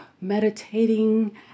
meditating